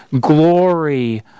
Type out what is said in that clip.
glory